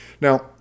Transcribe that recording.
Now